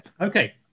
Okay